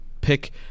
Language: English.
Pick